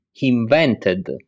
invented